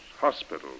hospitals